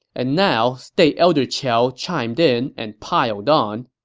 and now, state elder qiao chimed in and piled on.